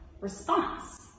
response